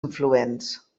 influents